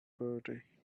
birthday